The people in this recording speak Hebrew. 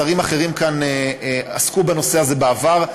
שרים אחרים כאן עסקו בנושא הזה בעבר,